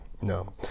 No